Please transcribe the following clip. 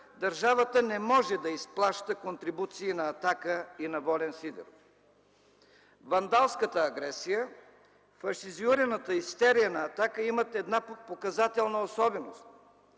държавата не може да изплаща контрибуции на „Атака” и на Волен Сидеров. Вандалската агресия, фашизираната истерия на „Атака” имат една показателна особеност